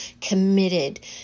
committed